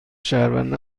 شهروند